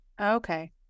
Okay